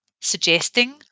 suggesting